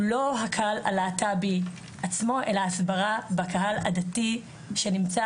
הוא לא הקהל הלהט"בי עצמו אלא הסברה בקהל הדתי בכלל,